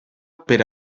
per